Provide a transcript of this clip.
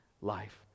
life